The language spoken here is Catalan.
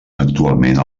actualment